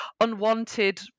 unwanted